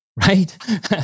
right